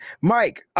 Mike